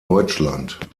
deutschland